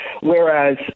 whereas